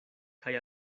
kaj